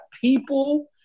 people